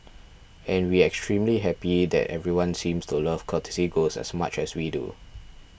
and we extremely happy that everyone seems to love Courtesy Ghost as much as we do